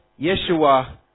Yeshua